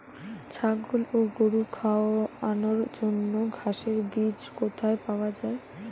ছাগল ও গরু খাওয়ানোর জন্য ঘাসের বীজ কোথায় পাওয়া যায়?